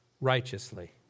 righteously